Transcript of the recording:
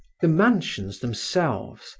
the mansions themselves,